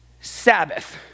Sabbath